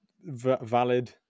valid